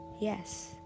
yes